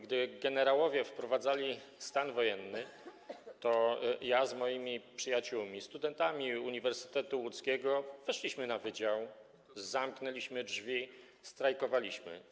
Gdy generałowie wprowadzali stan wojenny, to z moim przyjaciółmi, studentami Uniwersytetu Łódzkiego, weszliśmy na wydział, zamknęliśmy drzwi, strajkowaliśmy.